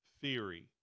theory